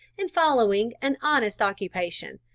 and following an honest occupation.